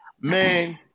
man